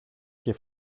και